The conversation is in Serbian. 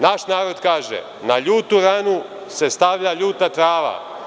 Naš narod kaže – na ljutu ranu se stavlja ljuta trava.